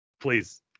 please